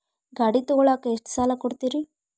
ಗಾಡಿ ತಗೋಳಾಕ್ ಎಷ್ಟ ಸಾಲ ಕೊಡ್ತೇರಿ?